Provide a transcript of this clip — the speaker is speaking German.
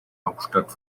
hauptstadt